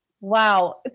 Wow